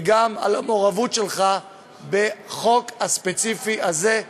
וגם על המעורבות שלך בחוק הספציפי הזה,